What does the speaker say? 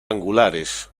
angulares